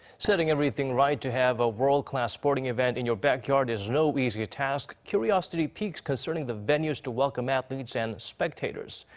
setting everything right to have a world class sporting event in your back yard is no easy task. curiosity peaks concerning the venues to welcome athletes and spectators.